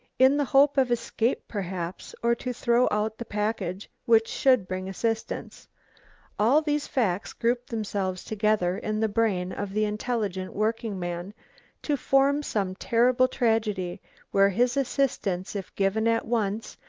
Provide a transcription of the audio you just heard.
in the hope of escape, perhaps, or to throw out the package which should bring assistance all these facts grouped themselves together in the brain of the intelligent working-man to form some terrible tragedy where his assistance, if given at once,